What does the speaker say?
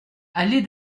allée